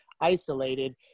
isolated